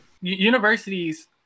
universities